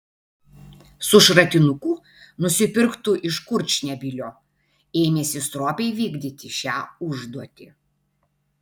su šratinuku nusipirktu iš kurčnebylio ėmėsi stropiai vykdyti šią užduotį